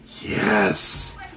Yes